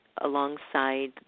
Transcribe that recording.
alongside